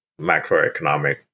macroeconomic